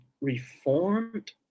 reformed